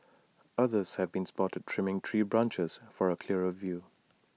others have been spotted trimming tree branches for A clearer view